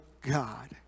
God